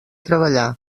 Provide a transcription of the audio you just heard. treballar